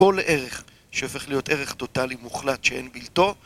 כל ערך שהופך להיות ערך טוטאלי מוחלט שאין בלתו